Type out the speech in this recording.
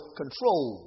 control